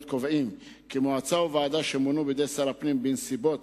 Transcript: קובעים כי מועצה או ועדה שמונו בידי שר הפנים בנסיבות